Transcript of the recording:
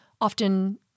often